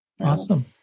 Awesome